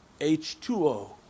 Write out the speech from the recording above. H2O